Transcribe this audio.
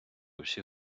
усі